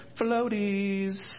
Floaties